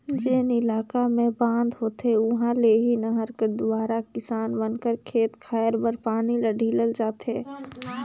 जेन इलाका मे बांध होथे उहा ले ही नहर कर दुवारा किसान मन कर खेत खाएर बर पानी ल ढीलल जाथे